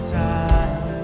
time